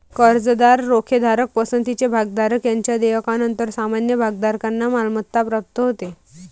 कर्जदार, रोखेधारक, पसंतीचे भागधारक यांच्या देयकानंतर सामान्य भागधारकांना मालमत्ता प्राप्त होते